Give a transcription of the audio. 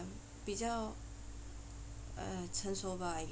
比较成熟吧